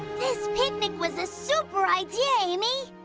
this picnic was a super idea, amy.